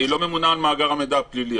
היא לא ממונה על מאגר המידע הפלילי,